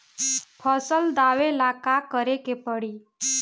फसल दावेला का करे के परी?